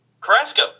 Carrasco